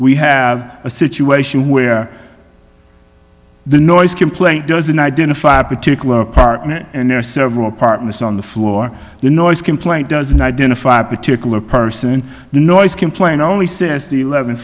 we have a situation where the noise complaint doesn't identify a particular apartment and there are several apartments on the floor the noise complaint does not identify a particular person in the noise complaint only says the